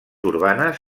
urbanes